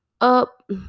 Up